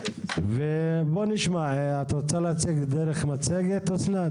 ובואו נשמע, את רוצה להציג דרך מצגת אסנת?